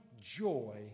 joy